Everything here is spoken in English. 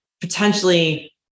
potentially